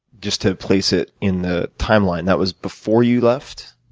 just to place it in the timeline, that was before you left?